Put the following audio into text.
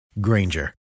Granger